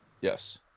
yes